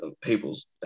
people's